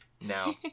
now